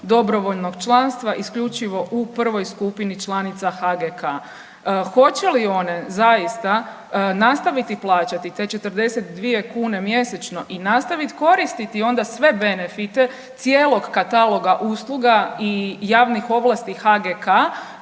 dobrovoljnog članstva isključivo u prvoj skupini članica HGK. Hoće li one zaista nastaviti plaćati te 42 kune mjesečno i nastaviti koristiti onda sve benefite cijelog kataloga usluga i javnih ovlasti HGK